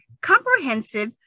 comprehensive